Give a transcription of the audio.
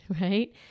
right